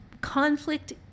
conflict